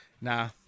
Nah